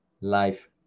life